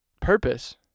purpose